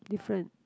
different